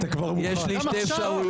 גם עכשיו?